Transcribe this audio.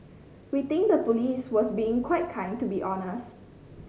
we think the police was being quite kind to be honest